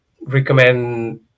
recommend